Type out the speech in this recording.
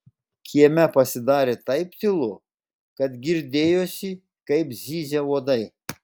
kieme pasidarė taip tylu kad girdėjosi kaip zyzia uodai